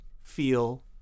feel